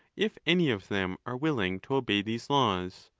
if any of them are willing to obey these laws.